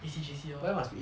A_C J_C lor